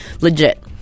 legit